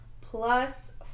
plus